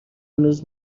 هنوز